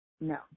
No